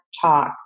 talk